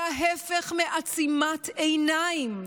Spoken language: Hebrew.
זה ההפך מעצימת עיניים,